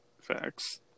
facts